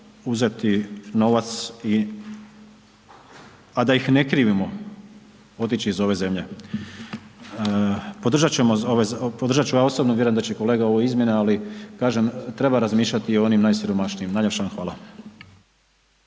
uzeti novac i a da ih ne krivimo otići iz ove zemlje. Podržat ćemo ovaj, podržat ću ja osobno vjerujem da će i kolega ove izmjene ali kažem treba razmišljati i o onim najsiromašnijim. Najljepša vam hvala.